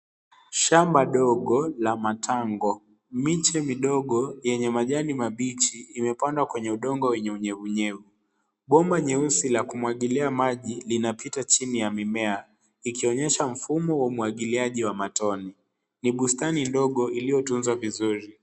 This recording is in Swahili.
Shamba ndogo la matango. Miche midogo yenye majani mabichi imepandwa kwenye udongo wenye unyevunyevu. Bomba jeusi la kumwagilia maji linapita chini ya mimea ikionyesha mfumo wa umwagiliaji wa matone. Ni bustani ndogo iliyotunzwa vizuri.